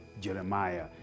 Jeremiah